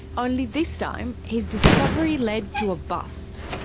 only this time his discovery led to a bust.